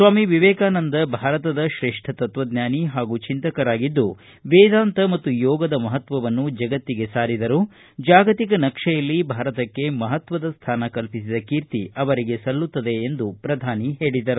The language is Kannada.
ಸ್ವಾಮಿ ವಿವೇಕಾನಂದ ಭಾರತದ ಶ್ರೇಷ್ಠ ತತ್ವಜ್ಞಾನಿ ಹಾಗೂ ಚಿಂತಕರಾಗಿದ್ದು ವೇದಾಂತ ಮತ್ತು ಯೋಗದ ಮಹತ್ವವನ್ನು ಜಗತ್ತಿಗೆ ಸಾರಿದರು ಜಾಗತಿಕ ನಕ್ಷೆಯಲ್ಲಿ ಭಾರತಕ್ಕೆ ಮಹತ್ವದ ಸ್ಥಾನ ಕಲ್ಪಿಸಿದ ಕೀರ್ತಿ ಅವರಿಗೆ ಸಲ್ಲುತ್ತದೆ ಎಂದು ಹೇಳಿದರು